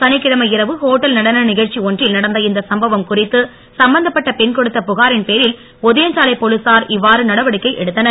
சனிக்கிழமை இரவு ஹோட்டல் நட நிகழ்ச்சி ஒன்றில் நடந்த இந்த சம்பவம் குறித்து சம்பந்தப்பட்ட பெண் கொடுத்த புகாரின் பேரில் ஒதியஞ்சாலை போலீசார் இவ்வாறு நடவடிக்கை எடுத்தனர்